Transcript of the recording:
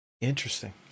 Interesting